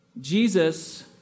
Jesus